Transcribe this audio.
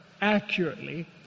accurately